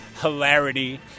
hilarity